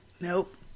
Nope